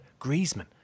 Griezmann